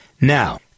Now